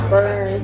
Burn